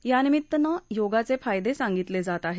यानिमित्तानं योगाचे फायदे सांगितले जात आहेत